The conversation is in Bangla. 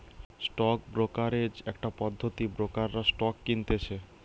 স্টক ব্রোকারেজ একটা পদ্ধতি ব্রোকাররা স্টক কিনতেছে